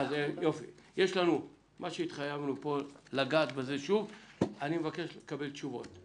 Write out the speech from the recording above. יש לנו פה את הדברים שהתחייבנו לגעת בהם שוב ואני מבקש לקבל תשובות: